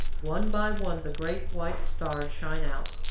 one by one the great white stars shine out,